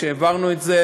העברנו את זה,